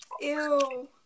Ew